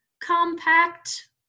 compact